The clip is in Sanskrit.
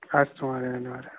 अस्तु महोदय धन्यवादः